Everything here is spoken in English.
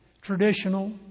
Traditional